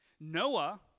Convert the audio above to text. Noah